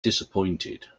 disappointed